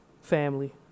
Family